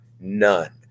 None